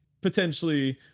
potentially